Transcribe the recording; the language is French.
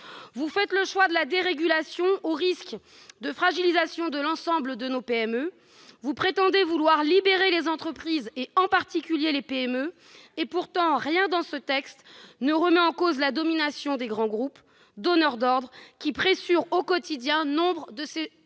Vous faites le choix de la dérégulation, au risque de fragiliser l'ensemble de nos PME. Vous prétendez vouloir libérer les entreprises, en particulier les plus petites. Pourtant, rien dans ce texte ne remet en cause la domination des grands groupes donneurs d'ordre, qui pressurent au quotidien nombre de ces